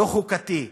לא חוקתי,